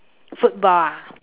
football ah